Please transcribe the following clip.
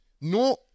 No